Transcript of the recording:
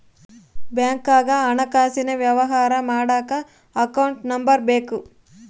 ಬ್ಯಾಂಕ್ನಾಗ ಹಣಕಾಸಿನ ವ್ಯವಹಾರ ಮಾಡಕ ಅಕೌಂಟ್ ನಂಬರ್ ಬೇಕು